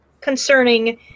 concerning